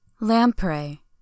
Lamprey